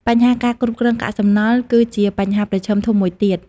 បញ្ហាការគ្រប់គ្រងកាកសំណល់ គឺជាបញ្ហាប្រឈមធំមួយទៀត។